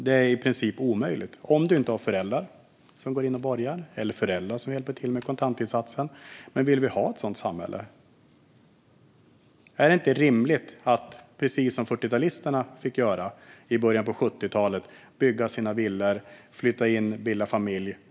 Det är i princip omöjligt om de inte har föräldrar som går in och borgar eller hjälper till med kontantinsatsen. Vill vi ha ett sådant samhälle? Är det inte rimligt att 40-talisternas barnbarn ska ha samma möjlighet som 40-talisterna hade? De fick i början av 70-talet bygga sina villor, flytta in och bilda familj.